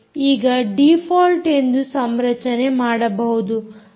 ಈಗ ಡಿಫಾಲ್ಟ್ ಎಂದು ಸಂರಚನೆ ಮಾಡಬಹುದು